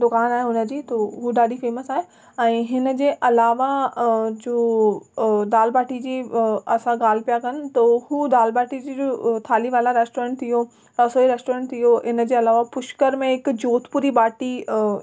दुकान आहे हुन जी तो उहे ॾाढी फेमस आहे ऐं हिनजे अलावा अ जो दालि भाटी जी असां ॻाल्हि पिया था कनि थो हू दालि भाटी थाली वाला रेस्टोरेंट थी वियो रसोई रेस्टोरेंट थी वियो इनजे अलावा पुष्कर में हिकु जौतपुरी भाटी